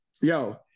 yo